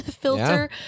filter